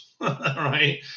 right